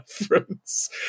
reference